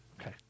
Okay